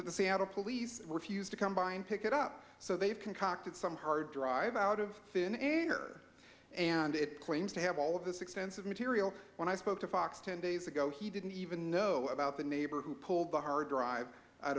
that the seattle police refused to come by and pick it up so they've concocted some hard drive out of thin air and it claims to have all of this expensive material when i spoke to fox ten days ago he didn't even know about the neighbor who pulled the hard drive out